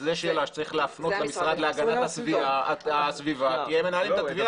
זו שאלה שצריך להפנות למשרד להגנת הסביבה כי הם מנהלים את התביעה,